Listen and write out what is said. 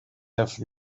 have